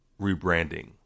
rebranding